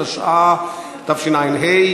התשע"ה